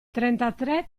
trentatré